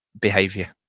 behavior